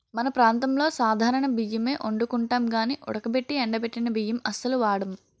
మన ప్రాంతంలో సాధారణ బియ్యమే ఒండుకుంటాం గానీ ఉడకబెట్టి ఎండబెట్టిన బియ్యం అస్సలు వాడం